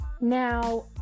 Now